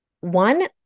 One